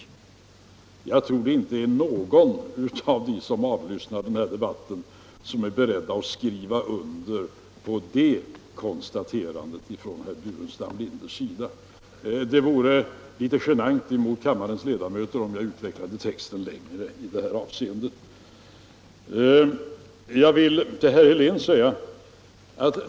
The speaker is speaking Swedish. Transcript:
Jag tror inte att någon av dem som avlyssnar den här debatten är beredd att skriva under på det konstaterandet från herr Burenstam Linders sida. Det vore litet genant för kammarens ledamöter om jag utvecklade texten längre i det här avseendet.